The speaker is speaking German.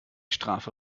strafe